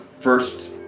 first